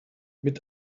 mit